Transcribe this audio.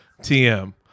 TM